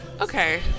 okay